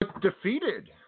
defeated